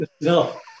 no